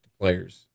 players